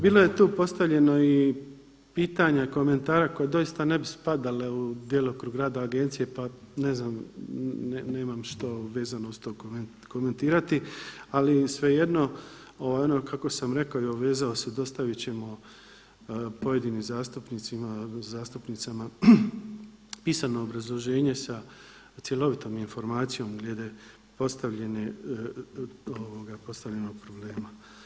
Bilo je tu postavljeno i pitanja, komentara koja doista ne bi spadale u djelokrug rada agencije pa ne znam, nemam što vezano uz to komentirati, ali svejedno ono kako sam rekao i obvezao se, dostaviti ćemo pojedinim zastupnicima, zastupnicama pisano obrazloženje sa cjelovitom informacijom glede postavljenog problema.